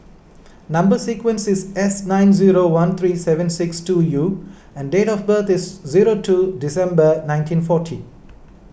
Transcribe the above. Number Sequence is S nine zero one three seven six two U and date of birth is zero two December nineteen forty